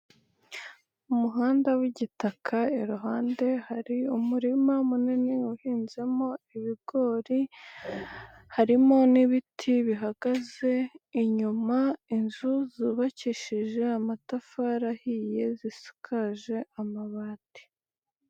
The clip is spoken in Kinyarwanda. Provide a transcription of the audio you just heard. Umuhanda w'igitaka iruhande hari umurima munini uhinzemo ibigori, harimo n'ibiti bihagaze inyuma, inzu zubakishije amatafari ahiye zisakaje amabati.